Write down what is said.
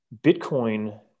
Bitcoin